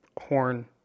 horn